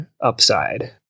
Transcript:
upside